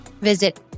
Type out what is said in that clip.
Visit